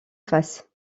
face